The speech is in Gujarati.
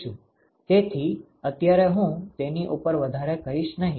તેથી અત્યારે હું તેની ઉપર વધારે કહીશ નહીં